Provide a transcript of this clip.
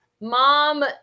mom